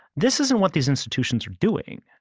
this isn't what these institutions are doing.